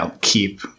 keep –